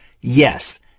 Yes